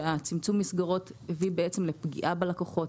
שהצמצום מסגרות יביא לפגיעה בלקוחות.